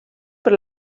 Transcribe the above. per